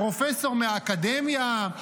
פרופסור מהאקדמיה,